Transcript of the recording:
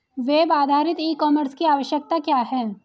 Web आधारित e commerce की आवश्यकता क्या है?